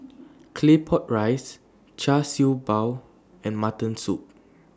Claypot Rice Char Siew Bao and Mutton Soup